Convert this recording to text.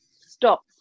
stop